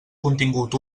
contingut